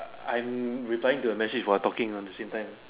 I'm replying to a message while talking on the same time